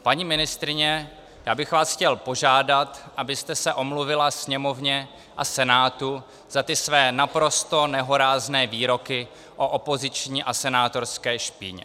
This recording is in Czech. Paní ministryně, já bych vás chtěl požádat, abyste se omluvila Sněmovně a Senátu za ty své naprosto nehorázné výroky o opoziční a senátorské špíně.